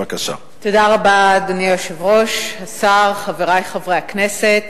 אדוני היושב-ראש, תודה רבה, השר, חברי חברי הכנסת,